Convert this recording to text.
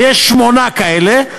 ויש שמונה כאלה,